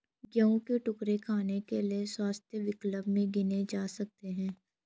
गेहूं के टुकड़े खाने के लिए स्वस्थ विकल्प में गिने जा सकते हैं